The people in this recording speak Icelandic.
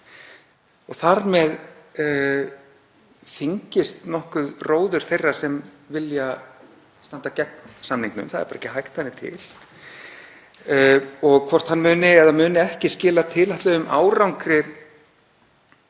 og þar með þyngist nokkuð róður þeirra sem vilja standa gegn samningnum. Það er bara ekki hægt, hann er til. Og hvort hann muni eða muni ekki skila tilætluðum árangri